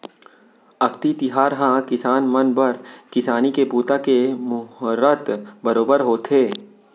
अक्ती तिहार ह किसान मन बर किसानी के बूता के मुहरत बरोबर होथे